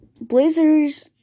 Blazers